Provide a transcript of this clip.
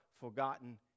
forgotten